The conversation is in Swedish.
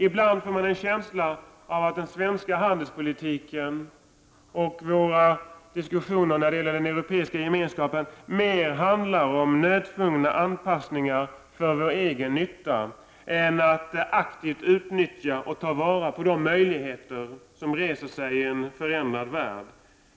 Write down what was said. Ibland får man en känsla av att den svenska handelspolitiken och våra diskussioner när det gäller den europeiska gemenskapen mer handlar om nödtvungna anpassningar för vår egen nytta än att aktivt utnyttja och ta vara på de möjligheter som reser sig i en förändrad värld.